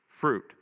Fruit